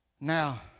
Now